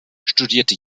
studierte